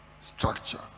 Structure